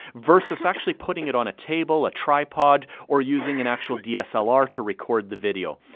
versus actually putting it on a table, a tripod, or using an actual dslr to record the video.